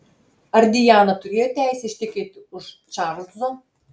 ar diana turėjo teisę ištekėti už čarlzo